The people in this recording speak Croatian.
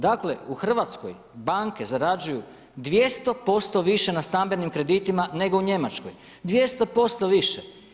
Dakle u Hrvatskoj banke zarađuju 200% više na stambenim kreditima nego u Njemačkoj, 200% više.